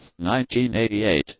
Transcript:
1988